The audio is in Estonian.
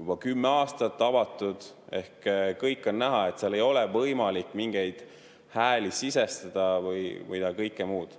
kõik on näha, nii et seal ei ole võimalik mingeid hääli sisestada või mida kõike muud teha.